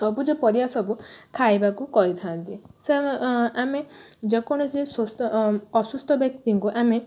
ସବୁଜ ପରିବା ସବୁ ଖାଇବାକୁ କହିଥାନ୍ତି ଆମେ ଯେ କୌଣସି ସୁସ୍ଥ ଅସୁସ୍ଥ ବ୍ୟକ୍ତିକୁ ଆମେ